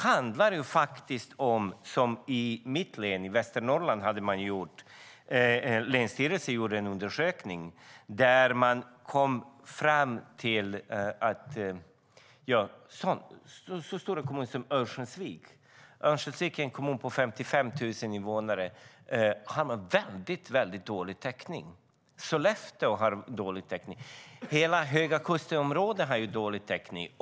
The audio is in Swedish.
I mitt hemlän Västernorrland har länsstyrelsen gjort en undersökning där man kommit fram till att Örnsköldsvik, som är en kommun på 55 000 invånare, har en väldigt dålig täckning. Sollefteå har en dålig täckning. Hela Höga kusten-området har en dålig täckning.